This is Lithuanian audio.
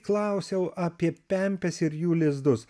klausiau apie pempes ir jų lizdus